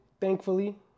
thankfully